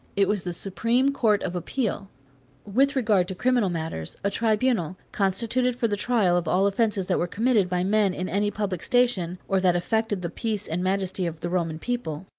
it was the supreme court of appeal with regard to criminal matters, a tribunal, constituted for the trial of all offences that were committed by men in any public station, or that affected the peace and majesty of the roman people.